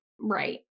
Right